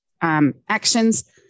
actions